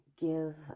give